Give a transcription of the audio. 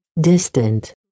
Distant